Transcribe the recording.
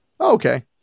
Okay